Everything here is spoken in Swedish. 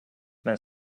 men